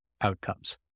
outcomes